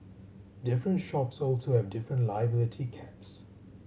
different shops also have different liability caps